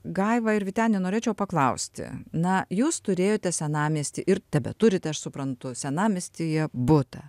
gaiva ir vyteni norėčiau paklausti na jūs turėjote senamiestį ir tebeturite aš suprantu senamiestyje butą